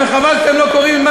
וחבל שאתם לא קוראים את מה